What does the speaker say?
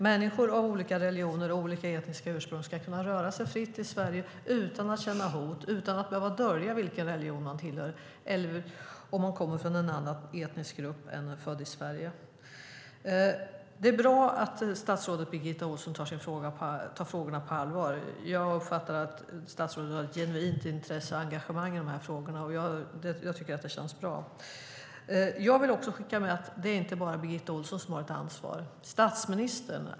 Människor med olika religioner och olika etniska ursprung ska kunna röra sig fritt i Sverige utan att känna hot och utan att behöva dölja vilken religion man tillhör eller om man inte är född i Sverige utan kommer från en annan etnisk grupp. Det är bra att statsrådet Birgitta Ohlsson tar frågorna på allvar. Jag uppfattar att statsrådet har ett genuint intresse och ett engagemang i de här frågorna. Jag tycker att det känns bra. Jag vill skicka med att det inte bara är Birgitta Ohlsson som har ett ansvar.